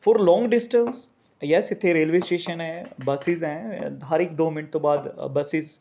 four long distance yes ਇੱਥੇ railway station ਹੈ buses ਹੈ ਹਰ ਇੱਕ ਦੋ ਮਿੰਟ ਤੋਂ ਬਾਅਦ ਬੱਸਿਸ